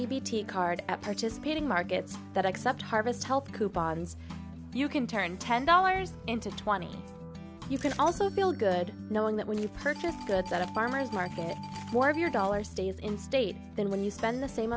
your card at participating markets that accept harvest help coupons you can turn ten dollars into twenty you can also feel good knowing that when you purchase goods at a farmer's market more of your dollar stays in state than when you spend the same